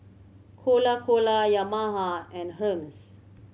Cola Cola Yamaha and Hermes